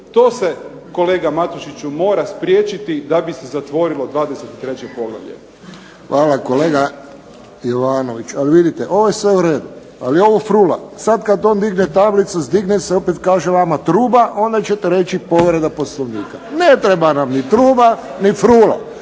To se kolega Matušiću mora spriječiti da bi se zatvorilo 23. poglavlje. **Friščić, Josip (HSS)** Hvala, kolega Jovanoviću. Ali vidite, ovo je sve u redu, ali ovo frula sad kad on digne tablicu, zdigne se, opet kaže vama truba onda ćete reći povreda Poslovnika. Ne treba nam ni truba ni frula